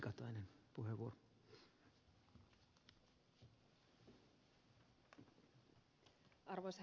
arvoisa herra puhemies